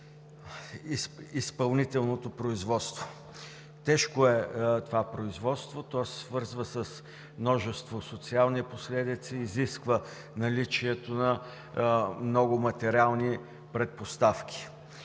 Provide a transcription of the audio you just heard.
изпълнителното производство. Тежко е това производство. То се свързва с множество социални последици, изисква наличието на много материални предпоставки.